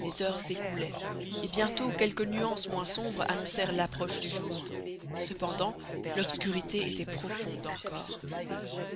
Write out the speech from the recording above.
les heures s'écoulaient et bientôt quelques nuances moins sombres annoncèrent l'approche du jour cependant l'obscurité était profonde encore